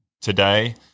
today